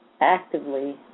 actively